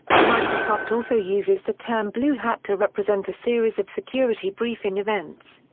microsoft also uses the term bluehat to represent a series of security briefing events.